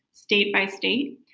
state by state,